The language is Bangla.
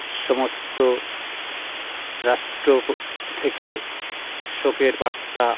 সমস্ত রাষ্ট্র পো থেকে শোকের বার্তা